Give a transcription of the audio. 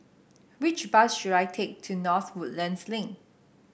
which bus should I take to North Woodlands Link